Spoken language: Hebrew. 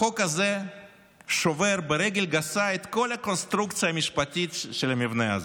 החוק הזה שובר ברגל גסה את כל הקונסטרוקציה המשפטית של המבנה הזה.